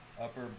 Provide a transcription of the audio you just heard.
upper